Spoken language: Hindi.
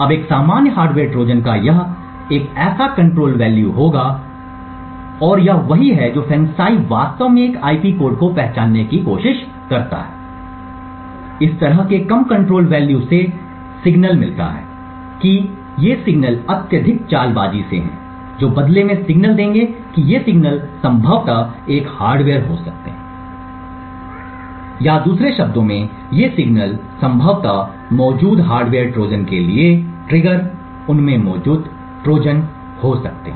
अब एक सामान्य हार्डवेयर ट्रोजन का यह एक ऐसा कंट्रोल वैल्यू होगा और यह वही है जो FANCI वास्तव में एक आईपी कोड को पहचानने की कोशिश करता है इस तरह के कम कंट्रोल वैल्यू से सिग्नल मिलता है कि ये सिग्नल अत्यधिक चालबाज़ी से हैं जो बदले में सिग्नल देंगे कि ये सिग्नल संभवतः एक हार्डवेयर हो सकते हैं या दूसरे शब्दों में ये संकेत संभवतः उनमें मौजूद हार्डवेयर ट्रोजन के लिए ट्रिगर उनमें मौजूद ट्रोजन हो सकते हैं